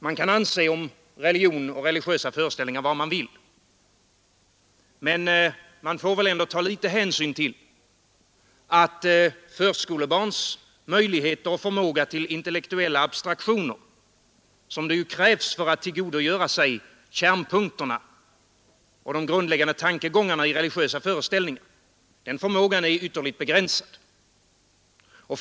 Man kan anse vad man vill om religion och religiösa föreställningar, men man får väl ändå ta litet hänsyn till att förskolebarns möjligheter och förmåga till intellektuella abstraktioner, som det ju krävs för att tillgodogöra sig kärnpunkterna och de grundläggande tankegångarna i religiösa föreställningar, är ytterligt begränsade.